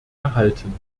erhalten